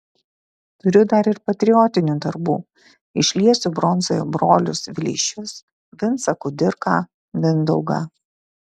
turiu dar ir patriotinių darbų išliesiu bronzoje brolius vileišius vincą kudirką mindaugą